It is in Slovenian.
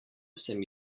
sem